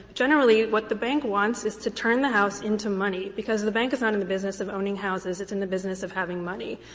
generally, what the bank wants is to turn the house into money because the bank is not in the business of owning houses. it's in the business of having money.